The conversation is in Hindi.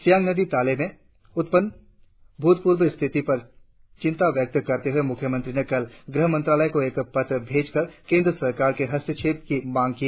सियांग नदी थाले में उत्पन्न अभूतपूर्व स्थिति पर चिंता व्यक्त करते हुए मुख्यमंत्री ने कल गृहमंत्रालय को पत्र भेजकर केंद्र सरकार के हस्तक्षेप की मांग की